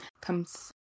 comes